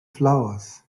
flowers